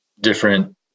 different